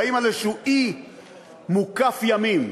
חיים על איזה אי מוקף ימים.